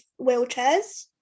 wheelchairs